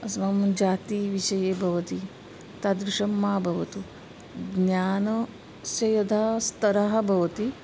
अस्माकं जातिविषये भवति तादृशं मा भवतु ज्ञानस्य यदा स्तरः भवति